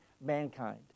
mankind